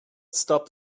stop